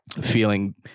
feeling